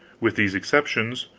with these exceptions,